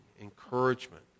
encouragement